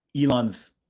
Elon's